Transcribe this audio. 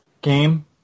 game